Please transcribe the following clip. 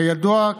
כידוע,